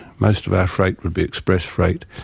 most of our freight would be express freight,